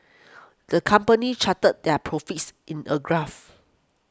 the company charted their profits in a graph